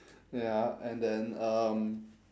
ya and then um